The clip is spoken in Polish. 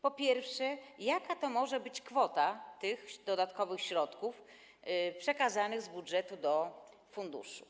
Po pierwsze, jaka może być kwota tych dodatkowych środków przekazanych z budżetu do funduszu?